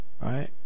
Right